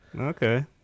okay